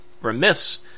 remiss